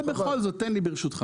ובכל זאת, תן לי ברשותך.